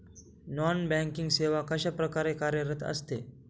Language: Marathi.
नॉन बँकिंग सेवा कशाप्रकारे कार्यरत असते?